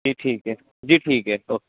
جی ٹھیک ہے جی ٹھیک ہے اوکے